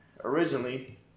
Originally